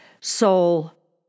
soul